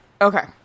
okay